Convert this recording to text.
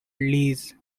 lease